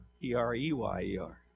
P-R-E-Y-E-R